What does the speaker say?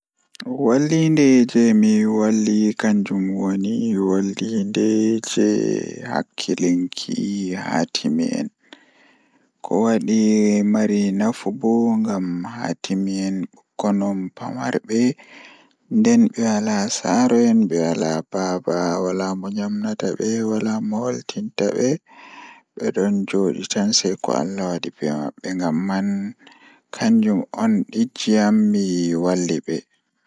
Wallinde jei mi walli kannjum woni Miɗo supporti e charity ngal ko ndiyam jeydi, sabu o waɗi daɗɗo ngam jokkondirɗe e hoore maɓɓe. Mi yiɗi tiiɗde ngam ko o wayi faama ɗum ko maɓɓe foti waɗi e hoore. Miɗo supporti kadi ngam jokkondirɗe, sabu mi ngoni e saama.